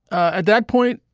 at that point,